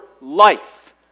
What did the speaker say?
life